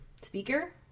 speaker